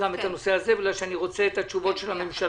רשימה